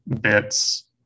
bits